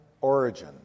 origin